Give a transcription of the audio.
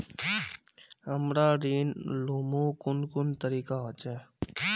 हमरा ऋण लुमू कुन कुन तरीका होचे?